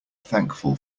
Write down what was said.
thankful